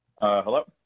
Hello